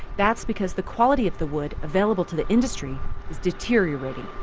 that's because the quality of the wood available to the industry is deteriorating,